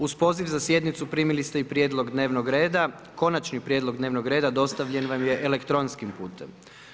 Uz poziv za sjednicu primili ste i prijedlog dnevnog reda, Konačni prijedlog dnevnog reda dostavljen vam je elektronskim putem.